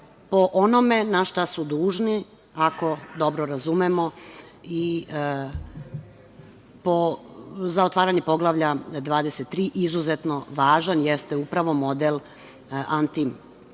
po onome na šta su dužne, ako dobro razumemo. Za otvaranje Poglavlja 23. izuzetno važan jeste upravo model lokalni